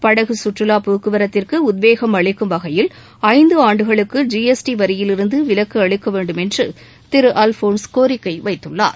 படகு சுற்றுலா போக்குவரத்திற்கு உத்வேகம் அளிக்கும் வகையில் ஐந்து ஆண்டுகளுக்கு ஜிஎஸ்டி வரியிலிருந்து விலக்கு அளிக்க வேண்டும் என்று திரு அல்போன்ஸ் கோரிக்கை வைத்துள்ளார்